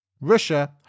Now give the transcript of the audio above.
Russia